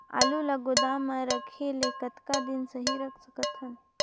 आलू ल गोदाम म रखे ले कतका दिन सही रख सकथन?